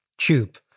tube